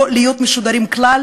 התכנים שעשויים לא להיות משודרים כלל